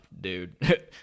dude